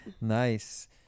nice